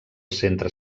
centre